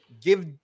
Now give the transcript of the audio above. give –